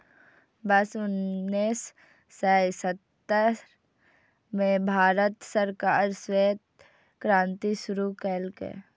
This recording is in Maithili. वर्ष उन्नेस सय सत्तर मे भारत सरकार श्वेत क्रांति शुरू केलकै